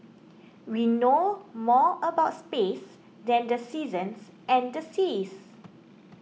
we know more about space than the seasons and the seas